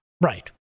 right